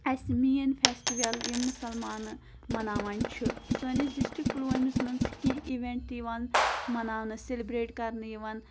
اَسہِ main festival یِم مُسلمانہٕ مَناوان چھِ سٲنِس ڈِسٹرک پُلوٲمِس منٛز چھِ کینٛہہ اِوینٛٹ یِوان مَناونہٕ سیلِبریٹ کَرنہٕ یِوان